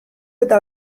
eta